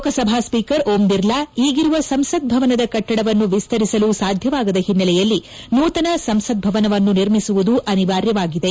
Lok Sabha speaker Om Birla ಈಗಿರುವ ಸಂಸತ್ ಭವನದ ಕಟ್ಟಡವನ್ನು ವಿಸ್ತರಿಸಲು ಸಾಧ್ಯವಾಗದ ಹಿನ್ನೆಲೆಯಲ್ಲಿ ನೂತನ ಸಂಸತ್ ಭವನವನ್ನು ನಿರ್ಮಿಸುವುದು ಅನಿವಾರ್ಯವಾಗಿದೆ